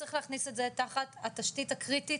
צריך להכניס את זה תחת התשתית הקריטית,